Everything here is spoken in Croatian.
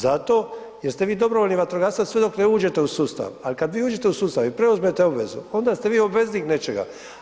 Zato jer ste vi dobrovoljni vatrogasac sve dok ne uđete u sustav, ali kad vi uđete u sustav i preuzmete obvezu onda ste vi obveznik nečega.